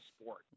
sport